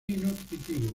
nutritivo